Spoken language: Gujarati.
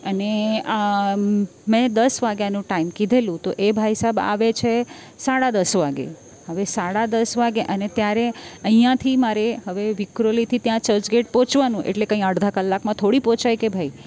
અને મેં દસ વાગ્યાનું ટાઈમ કીધેલું તો એ ભાઈસાબ આવે છે સાડા દસ વાગ્યે હવે સાડા દસ વાગ્યે અને ત્યારે અહીંયાથી મારે હવે વિક્રોલીથી ત્યાં ચર્ચગેટ પહોંચવાનું એટલે કંઈ અડધા કલાકમાં થોડી પહોંચાય કે ભાઈ